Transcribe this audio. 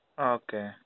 Okay